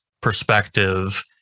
perspective